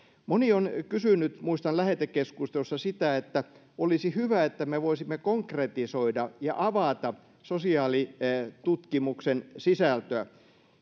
moni sanoi lähetekeskustelussa että olisi hyvä että me voisimme konkretisoida ja avata sosiaalitutkimuksen sisältöä